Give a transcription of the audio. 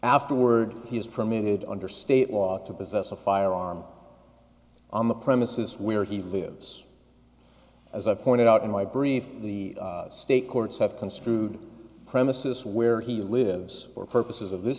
afterward he is permitted under state law to possess a firearm on the premises where he lives as i pointed out in my brief the state courts have construed premises where he lives for purposes of this